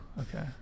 Okay